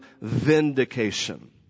vindication